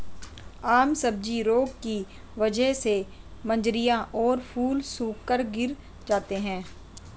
आम सब्जी रोग की वजह से मंजरियां और फूल सूखकर गिर जाते हैं